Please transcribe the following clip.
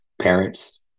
parents